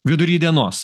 vidury dienos